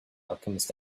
alchemist